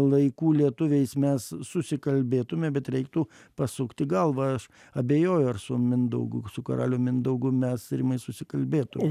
laikų lietuviais mes susikalbėtume bet reiktų pasukti galvą aš abejoju ar su mindaugu su karaliumi mindaugu mes rimai susikalbėtume